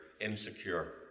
insecure